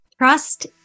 Trust